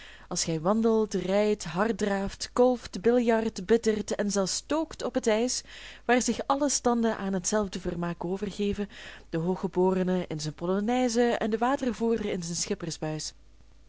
als gij wandelt rijdt harddraaft kolft biljart bittert en zelfs stookt op het ijs waar zich alle standen aan hetzelfde vermaak overgeven de hooggeborene in zijn polonaise en de watervoerder in zijn